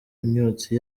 imyotsi